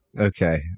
Okay